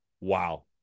Wow